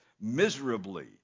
miserably